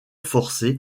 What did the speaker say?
forcé